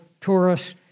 tourists